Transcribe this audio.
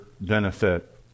benefit